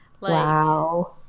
wow